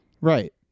Right